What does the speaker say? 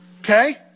Okay